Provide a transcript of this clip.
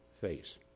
face